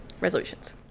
resolutions